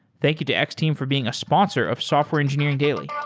thank you to x-team for being a sponsor of software engineering daily